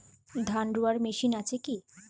ধান রোয়ার মেশিন আছে কি?